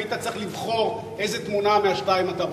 והיית צריך לבחור איזה תמונה מהשתיים אתה רוצה,